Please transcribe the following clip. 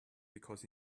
because